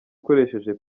ukoresheje